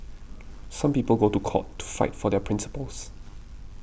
some people go to court to fight for their principles